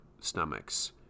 stomachs